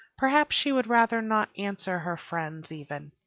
perhaps she would rather not answer her friends, even.